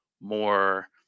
more